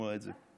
לשמוע את זה.